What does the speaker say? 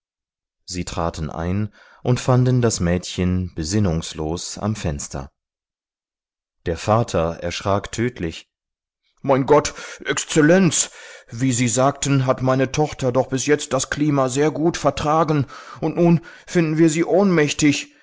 sie traten ein und fanden das mädchen besinnungslos am fenster der vater erschrak tödlich mein gott exzellenz wie sie sagten hat meine tochter doch bis jetzt das klima sehr gut vertragen und nun finden wir sie ohnmächtig